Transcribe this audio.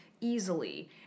easily